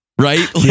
Right